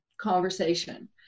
conversation